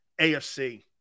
AFC